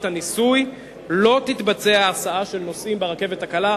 הניסוי לא תתבצע הסעת נוסעים ברכבת הקלה.